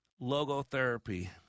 Logotherapy